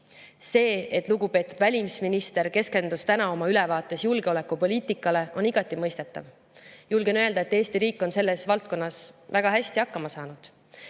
See, et lugupeetud välisminister keskendus täna oma ülevaates julgeolekupoliitikale, on igati mõistetav. Julgen öelda, et Eesti riik on selles valdkonnas väga hästi hakkama saanud.